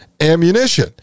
ammunition